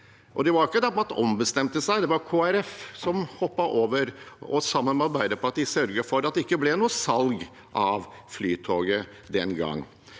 Det var ikke det at man ombestemte seg; det var Kristelig Folkeparti som hoppet over og sammen med Arbeiderpartiet sørget for at det ikke ble noe salg av Flytoget den gang.